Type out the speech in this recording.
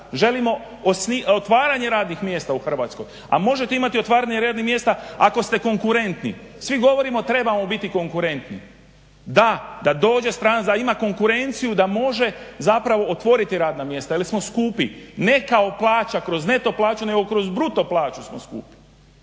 želimo otvaranje radnih mjesta u Hrvatskoj, a možete imati otvaranje radnih mjesta ako ste konkurentni. Svi govorimo trebamo biti konkurentni, da dođe stranac, da ima konkurenciju da može zapravo otvoriti radna mjesta ili smo skupi. Ne kao plaća kroz neto plaću nego kroz bruto plaću smo skupi.